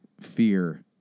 fear